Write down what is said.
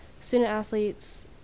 student-athletes